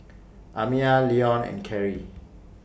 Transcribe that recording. Amiah Leon and Cary